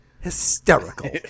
hysterical